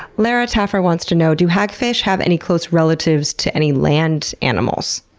lara taffer wants to know do hagfish have any close relatives to any land animals?